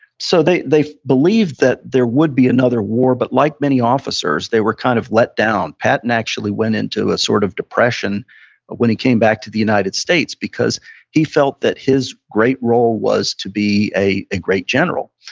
so, they they believed that there would be another war, but like many officers, they were kind of let down. patton actually went into a sort of depression when he came back to the united states, because he felt that his great role was to be a ah great general.